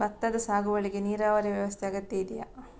ಭತ್ತದ ಸಾಗುವಳಿಗೆ ನೀರಾವರಿ ವ್ಯವಸ್ಥೆ ಅಗತ್ಯ ಇದೆಯಾ?